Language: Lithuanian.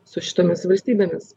su šitomis valstybėmis